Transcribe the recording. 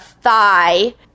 thigh